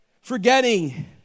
Forgetting